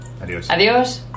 Adiós